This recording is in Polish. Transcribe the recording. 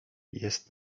jest